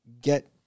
Get